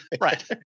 right